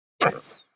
Yes